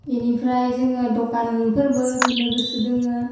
बिनिफ्राय जोङो दखानफोरबो होनो गोसो दोङो